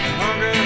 hunger